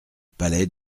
palais